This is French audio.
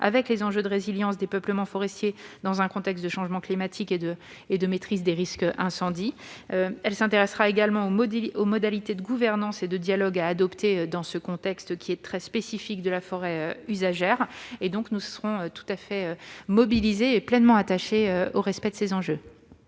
avec les enjeux de résilience des peuplements forestiers, dans un contexte de changement climatique et de maîtrise des risques incendie. Nous nous intéresserons également aux modalités de gouvernance et de dialogue à adopter dans ce contexte très spécifique de la forêt usagère. Nous serons donc tout à fait mobilisés et pleinement attachés au respect de ces enjeux.